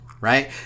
right